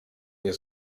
nie